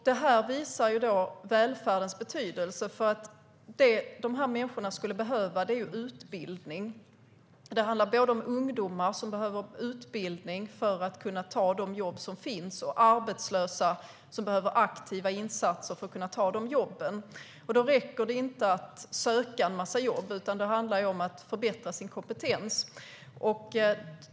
Det här visar välfärdens betydelse. Det som de här människorna skulle behöva är utbildning. Det handlar både om ungdomar som behöver utbildning för att kunna ta de jobb som finns och om arbetslösa som behöver aktiva insatser för att kunna ta de jobben. Det räcker inte att söka en massa jobb, utan det handlar om att förbättra sin kompetens.